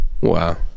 wow